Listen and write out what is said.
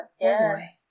yes